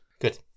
Good